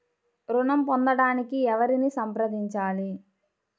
ఋణం పొందటానికి ఎవరిని సంప్రదించాలి?